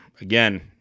Again